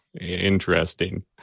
interesting